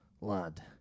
lad